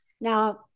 Now